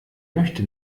möchte